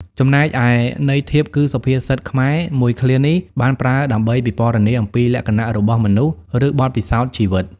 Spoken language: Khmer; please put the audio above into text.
ចំំណែកឯន័យធៀបគឺ សុភាសិតខ្មែរមួយឃ្លានេះបានប្រើដើម្បីពិពណ៌នាអំពីលក្ខណៈរបស់មនុស្ស ឬបទពិសោធន៍ជីវិត។